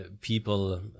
people